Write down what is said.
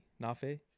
Nafe